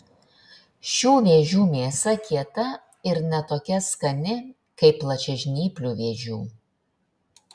šių vėžių mėsa kieta ir ne tokia skani kaip plačiažnyplių vėžių